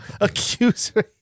Accuser